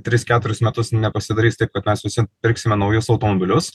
tris keturis metus nepasidarys taip kad mes visi pirksime naujus automobilius